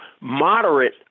moderate